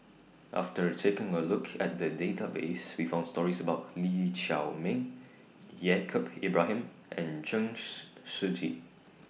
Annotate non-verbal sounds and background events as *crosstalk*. after taking A Look At The Database We found stories about Lee Chiaw Meng Yaacob Ibrahim and Chen *unintelligible* Shiji